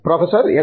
professor S